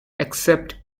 except